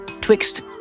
Twixt